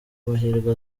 mahirwe